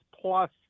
plus